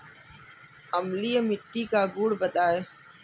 अम्लीय मिट्टी का गुण बताइये